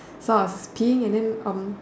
so I was peeing and then um